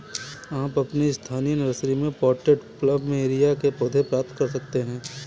आप अपनी स्थानीय नर्सरी में पॉटेड प्लमेरिया के पौधे प्राप्त कर सकते है